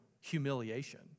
humiliation